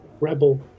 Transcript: rebel